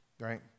right